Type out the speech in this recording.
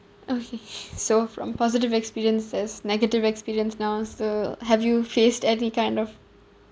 okay so from positive experiences negative experience now so have you faced any kind of